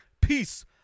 Peace